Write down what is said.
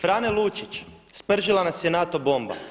Frane Lučić: Spržila nas je NATO bomba.